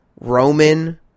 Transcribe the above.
Roman